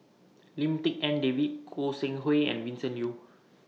Lim Tik En David Goi Seng Hui and Vincent Leow